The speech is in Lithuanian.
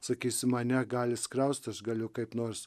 sakysim mane gali skriausti aš galiu kaip nors